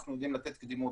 אנחנו יודעים לתת קדימות